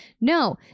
no